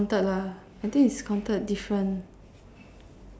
I think it is counted lah I think it is counted different